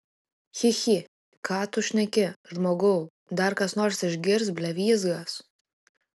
chi chi ką tu šneki žmogau dar kas nors išgirs blevyzgas